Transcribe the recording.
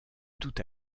tout